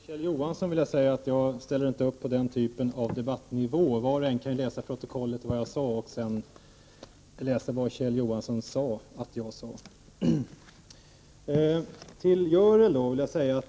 Herr talman! Jag vill säga till Kjell Johansson att jag inte ställer upp på denna debattnivå. Var och en kan läsa i protokollet vad jag sade och sedan vad Kjell Johansson påstod att jag sade. Till Görel Thurdin vill jag säga: